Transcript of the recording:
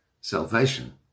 salvation